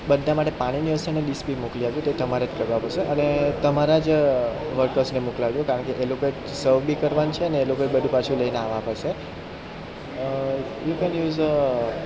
બધા માટે પાણીની વ્યવસ્થા અને ડીશ બી મોકલી આપજો તે તમારે જ કરવાની છે અને તમારા જ વર્કર્સને મોકલાવજો કારણકે એ લોકો સર્વ બી કરવાનું છે અને એ લોકો એ બધું લઈને આવવા પડશે યુ કેન યુઝ